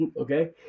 Okay